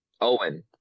Owen